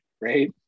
right